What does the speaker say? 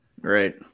Right